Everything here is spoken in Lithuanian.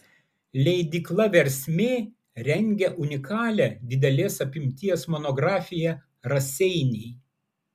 leidykla versmė rengia unikalią didelės apimties monografiją raseiniai